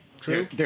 True